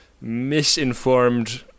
misinformed